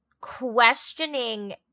questioning